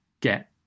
get